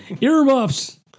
earmuffs